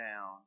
down